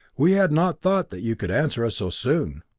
we had not thought that you could answer us so soon.